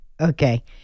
Okay